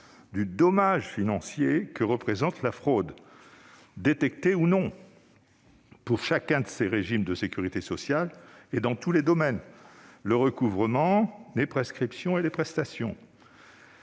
du dommage financier que représente la fraude, détectée ou non, pour chacun des régimes de sécurité sociale et dans tous les domaines : le recouvrement, les prescriptions et les prestations.